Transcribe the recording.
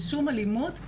ושום אלימות,